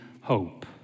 hope